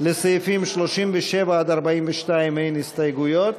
לסעיפים 37 42 אין הסתייגויות.